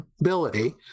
ability